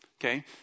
okay